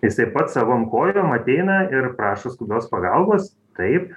jisai pats savom kojom ateina ir prašo skubios pagalbos taip